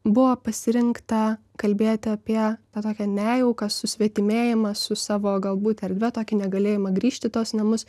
buvo pasirinkta kalbėti apie tą tokią nejauką susvetimėjimą su savo galbūt erdve tokį negalėjimą grįžti į tuos namus